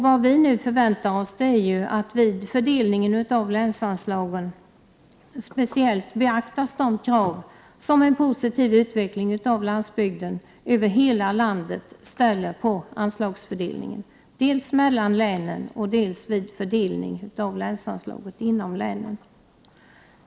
Vad vi nu förväntar oss är att vid fördelningen av länsanslagen skall speciellt beaktas de krav som en positiv utveckling av landsbygden över hela landet ställer på anslagsfördelningen dels mellan länen, dels vid fördelning av länsanslaget inom länen.